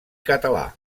català